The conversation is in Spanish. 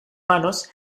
manos